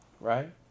right